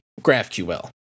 GraphQL